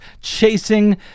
chasing